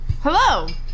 hello